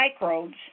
microbes